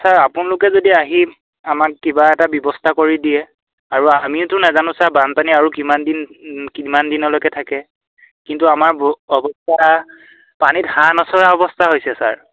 sir আপোনালোকে যদি আহি আমাক কিবা এটা ব্যৱস্থা কৰি দিয়ে আৰু আমিতো নাজানো ছাৰ বানপানী আৰু কিমান দিন কিমান দিনলৈকে থাকে কিন্তু আমাৰ অৱস্থা পানীত হাঁহ নচৰা অৱস্থা হৈছে ছাৰ